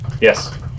Yes